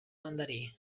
mandarí